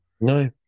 No